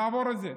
נעבור את זה.